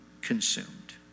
consumed